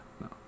No